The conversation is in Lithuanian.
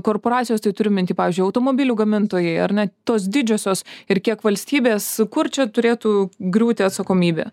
korporacijos tai turiu minty pavyzdžiui automobilių gamintojai ar ne tos didžiosios ir kiek valstybės kur čia turėtų griūti atsakomybė